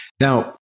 now